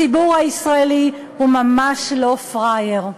הציבור הישראלי הוא ממש לא פראייר.